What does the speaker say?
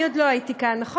אני עוד לא הייתי כאן, נכון?